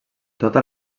tota